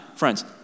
Friends